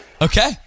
Okay